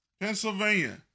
Pennsylvania